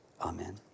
amen